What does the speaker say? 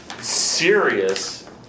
serious